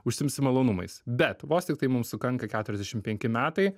užsiimsi malonumais bet vos tiktai mums sukanka keturiasdešim penki metai